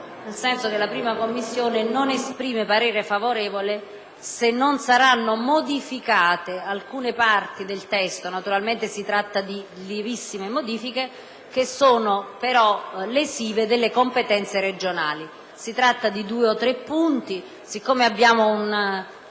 Infatti, la 1a Commissione non esprime parere favorevole, se non saranno modificate alcune parti del testo; naturalmente, si tratta di lievissime modifiche, che sono però lesive delle competenze regionali. Si tratta di due o tre punti. Siccome c'è una